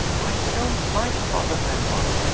i don't like father benwell.